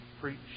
preach